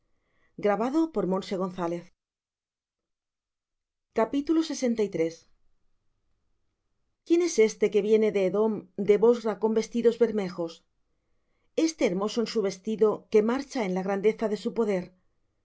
buscada no desamparada quién es éste que viene de edom de bosra con vestidos bermejos éste hermoso en su vestido que marcha en la grandeza de su poder